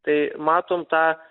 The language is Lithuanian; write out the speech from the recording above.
tai matom tą